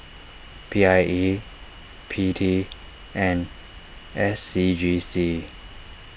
P I E P T and S C G C